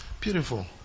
beautiful